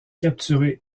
capturés